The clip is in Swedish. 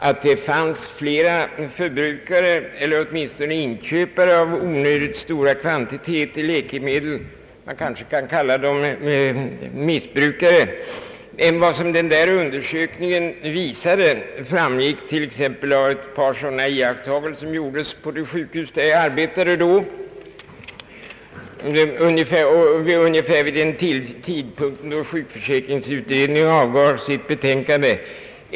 Att det fanns fler förbrukare eller åtminstone inköpare av onödigt stora kvantiteter läkemedel — man kanske kan kalla dem missbru kare — än vad den undersökningen visade framgick t.ex. av ett par iakitagelser som gjordes vid det sjukhus där jag arbetade vid den tidpunkt då sjukförsäkringsutredningen avgav sitt betänkande.